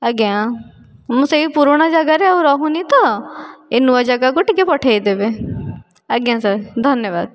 ଆଜ୍ଞା ମୁଁ ସେହି ପୁରୁଣା ଯାଗାରେ ଆଉ ରହୁନି ତ ଏହି ନୂଆ ଯାଗାକୁ ଟିକେ ପଠାଇ ଦେବେ ଆଜ୍ଞା ସାର୍ ଧନ୍ୟବାଦ